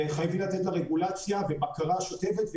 וחייבים לתת לה רגולציה ובקרה שוטפת.